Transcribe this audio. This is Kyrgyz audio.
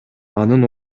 анын